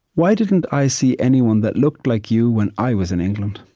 why didn't i see anyone that looked like you when i was in england?